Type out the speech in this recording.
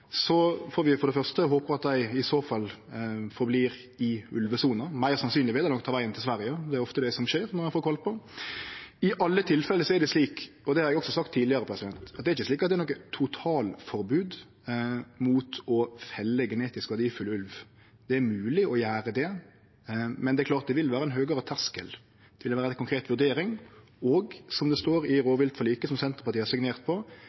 så fall vert verande i ulvesona. Meir sannsynleg er det at dei vil ta vegen til Sverige. Det er ofte det som skjer når dei får kvalpar. I alle tilfelle – og dette har eg også sagt tidlegare – er det ikkje noko totalforbod mot å felle genetisk verdifull ulv. Det er mogleg å gjere det, men det vil heilt klart vere ein høgare terskel. Det vil vere ei konkret vurdering, og ein skal, som det står i rovviltforliket, som Senterpartiet har